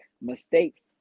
mistake